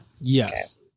Yes